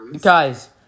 guys